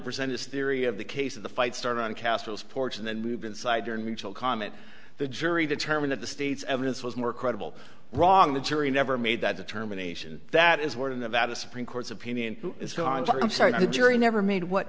present his theory of the case of the fight started on castro's porch and then move inside your initial comment the jury determine that the state's evidence was more credible wrong the jury never made that determination that is where the nevada supreme court's opinion is so i'm sorry i'm sorry but the jury never made what